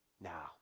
Now